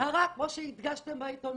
אזהרה כמו שהדגשתם בעיתונות.